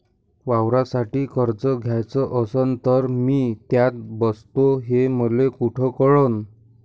वावरासाठी कर्ज घ्याचं असन तर मी त्यात बसतो हे मले कुठ कळन?